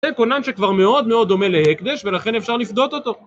זה קונן שכבר מאוד מאוד דומה להקדש ולכן אפשר לפדות אותו